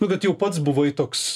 nu kad jau pats buvai toks